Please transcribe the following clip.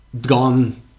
gone